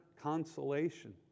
consolation